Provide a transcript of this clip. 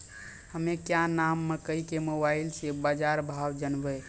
हमें क्या नाम मकई के मोबाइल से बाजार भाव जनवे?